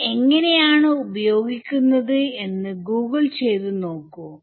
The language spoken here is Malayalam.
ഇത് എങ്ങനെയാണ് ഉപയോഗിക്കുന്നത് എന്ന് ഗൂഗിൾ ചെയ്തു നോക്കൂ